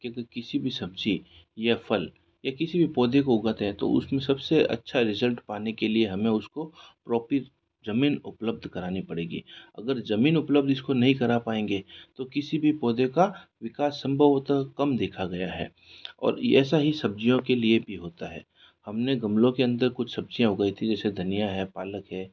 क्योंकि किसी भी सब्जी या फल या किसी भी पौधे को उगाते हैं तो उसमें सबसे अच्छा रिज़ल्ट पाने के लिए हमें उसको प्रॉफिट ज़मीन उपलब्ध करानी पड़ेगी अगर ज़मीन उपलब्ध इसको नहीं करा पाएंगे तो किसी भी पौधे का विकास सम्भव होता कम देखा गया है और ऐसा ही सब्जियों के लिए भी होता है हमने गमलों के अंदर कुछ सब्जियाँ उगाई थी जैसे धनिया है पालक है